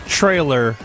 trailer